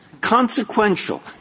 consequential